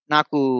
Naku